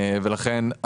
לכן,